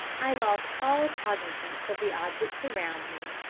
i lost all cognizance of the objects around me,